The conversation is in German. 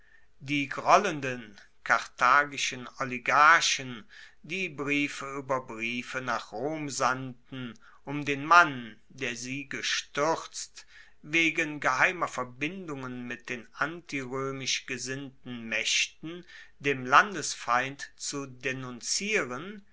die grollenden karthagischen oligarchen die briefe ueber briefe nach rom sandten um den mann der sie gestuerzt wegen geheimer verbindungen mit den antiroemisch gesinnten maechten dem landesfeind zu denunzieren